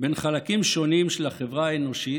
בין חלקים שונים של החברה האנושית,